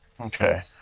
Okay